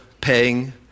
paying